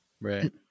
Right